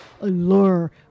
allure